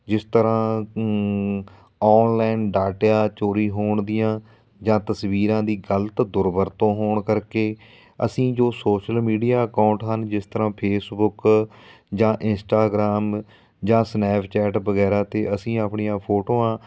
ਜਿਸ ਤਰ੍ਹਾਂ ਔਨਲਾਈਨ ਡਾਟਿਆ ਚੋਰੀ ਹੋਣ ਦੀਆਂ ਜਾਂ ਤਸਵੀਰਾਂ ਦੀ ਗਲਤ ਦੁਰਵਰਤੋਂ ਹੋਣ ਕਰਕੇ ਅਸੀਂ ਜੋ ਸੋਸ਼ਲ ਮੀਡੀਆ ਅਕਾਊਂਟ ਹਨ ਜਿਸ ਤਰ੍ਹਾਂ ਫੇਸਬੁਕ ਜਾਂ ਇੰਸਟਾਗ੍ਰਾਮ ਜਾਂ ਸਨੈਪਚੈਟ ਵਗੈਰਾ 'ਤੇ ਅਸੀਂ ਆਪਣੀਆਂ ਫੋਟੋਆਂ